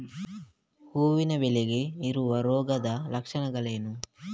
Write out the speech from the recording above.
ಹೂವಿನ ಬೆಳೆಗೆ ಬರುವ ರೋಗದ ಲಕ್ಷಣಗಳೇನು?